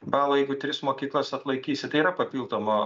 balai jeigu tris mokyklas atlaikysit yra papildomo